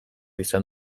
izan